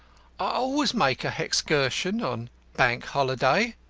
always make a hexcursion on bank holiday.